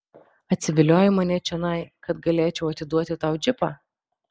atsiviliojai mane čionai kad galėčiau atiduoti tau džipą